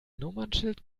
nummernschild